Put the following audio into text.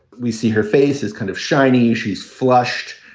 we see her face is kind of shiny. she's flushed.